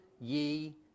ye